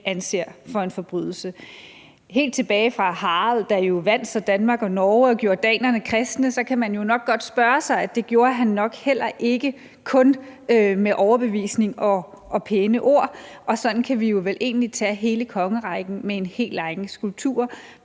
anser for en forbrydelse? Helt tilbage fra Harald, der jo vandt Danmark og Norge og gjorde danerne kristne, kan man jo nok godt sige sig selv, at det gjorde han nok heller ikke kun med overbevisning og pæne ord, og sådan kan vi jo vel egentlig tage hele kongerækken med en hel række skulpturer,